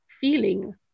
feeling